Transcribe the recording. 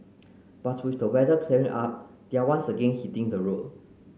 but with the weather clearing up they are once again hitting the road